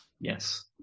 Yes